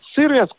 serious